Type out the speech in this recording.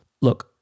Look